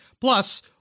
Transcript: Plus